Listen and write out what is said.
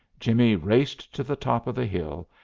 jimmie raced to the top of the hill,